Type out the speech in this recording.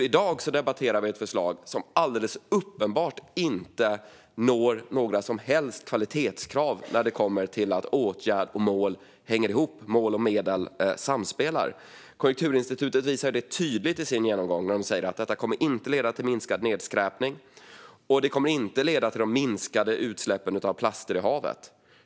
I dag debatterar vi ett förslag som alldeles uppenbart inte når några som helst kvalitetskrav när det kommer till att mål och åtgärd ska hänga ihop, att mål och medel ska samspela. Konjunkturinstitutet visar detta tydligt i sin genomgång. De säger att detta inte kommer att leda till minskad nedskräpning och inte heller till minskade utsläpp av plaster i havet.